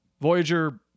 Voyager